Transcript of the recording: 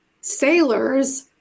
sailors